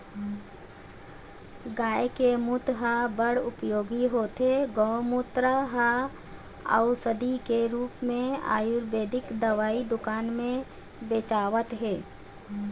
गाय के मूत ह बड़ उपयोगी होथे, गोमूत्र ह अउसधी के रुप म आयुरबेदिक दवई दुकान म बेचावत हे